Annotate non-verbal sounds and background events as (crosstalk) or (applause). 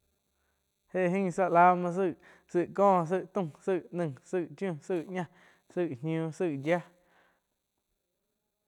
(unintelligible) je ain záh la muoh zaig có, zaig taum, zaig naih, zaig chiu, zaig ñah, zaig ñiuh, zaih yía. (unintelligible)